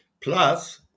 Plus